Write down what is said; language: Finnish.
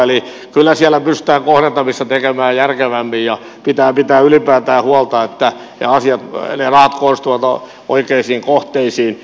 eli kyllä siellä pystytään kohdentamisissa tekemään järkevämmin ja pitää pitää ylipäätään huolta että ne rahat kohdistuvat oikeisiin kohteisiin